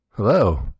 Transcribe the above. Hello